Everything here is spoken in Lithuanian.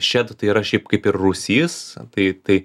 šedt tai yra šiaip kaip ir rūsys tai tai